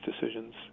decisions